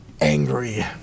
angry